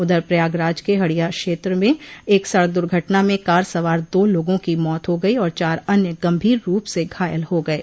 उधर प्रयागराज के हड़िया क्षेत्र में एक सड़क दुर्घटना में कार सवार दो लोगों की मौत हो गयी और चार अन्य गंभीर रूप से घायल हो गये